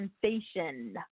sensation